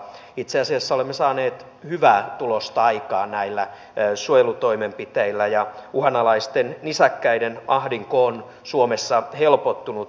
itse asiassa olemme saaneet hyvää tulosta aikaan näillä suojelutoimenpiteillä ja uhanalaisten nisäkkäiden ahdinko on suomessa helpottunut